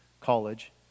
college